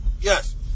Yes